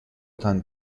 تان